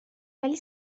ولی